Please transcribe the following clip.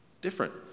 Different